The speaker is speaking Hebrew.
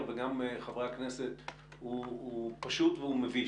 וגם חברי הכנסת הוא פשוט והוא מביש,